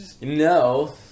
No